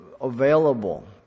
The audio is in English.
available